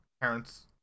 parents